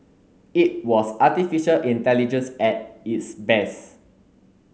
it was artificial intelligence at its best